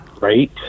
Right